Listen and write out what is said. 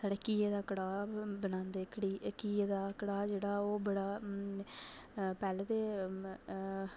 साढ़ै घीये दा कड़ाह् बनांदे घीये दा कड़ाह् जेह्ड़ा ओह् बड़ा पैह्लै ते